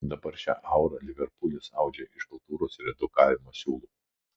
dabar šią aurą liverpulis audžia iš kultūros ir edukavimo siūlų